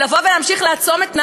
לבוא להמשיך לעצום את העיניים,